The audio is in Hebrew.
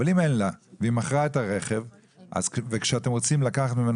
אבל אם אין לה והיא מכרה את הרכב וכשאתם רוצים לקחת ממנה